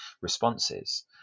responses